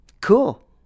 Cool